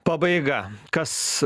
pabaiga kas